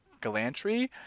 galantry